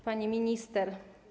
Pani Minister!